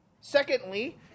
Secondly